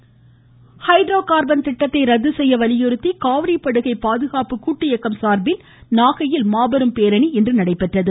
Nagai hydrocarbon திட்டத்தை ரத்து செய்ய வலியுறுத்தி காவிரி படுகை பாதுகாப்பு கூட்டு இயக்கம் சார்பில் நாகையில் மாபெரும் பேரணி இன்று நடைபெற்றது